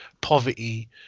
poverty